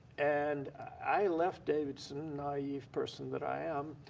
and i left davidson, naive person that i am,